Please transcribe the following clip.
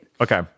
Okay